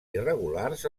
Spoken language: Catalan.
irregulars